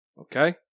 Okay